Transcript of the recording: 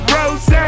Rose